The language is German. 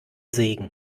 segen